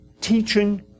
teaching